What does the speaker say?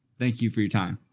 thank you for your time.